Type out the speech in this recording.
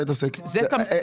זה תמיד יקרה.